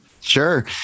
Sure